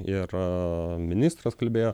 ir ministras kalbėjo